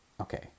okay